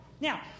Now